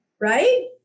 Right